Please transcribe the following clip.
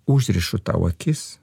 užrišu tau akis